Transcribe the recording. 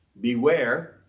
Beware